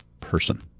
person